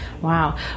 Wow